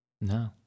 no